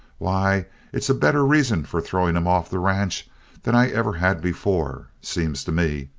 why, it's a better reason for throwing him off the ranch than i ever had before, seems to me!